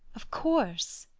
of course.